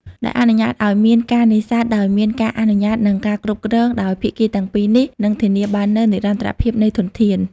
ដែលអនុញ្ញាតឱ្យមានការនេសាទដោយមានការអនុញ្ញាត និងការគ្រប់គ្រងដោយភាគីទាំងពីរនេះនឹងធានាបាននូវនិរន្តរភាពនៃធនធាន។។